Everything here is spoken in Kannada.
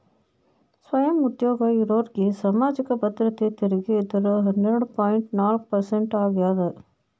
ಸ್ವಯಂ ಉದ್ಯೋಗ ಇರೋರ್ಗಿ ಸಾಮಾಜಿಕ ಭದ್ರತೆ ತೆರಿಗೆ ದರ ಹನ್ನೆರಡ್ ಪಾಯಿಂಟ್ ನಾಲ್ಕ್ ಪರ್ಸೆಂಟ್ ಆಗ್ಯಾದ